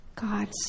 God's